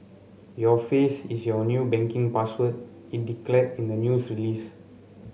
your face is your new banking password it declared in the news release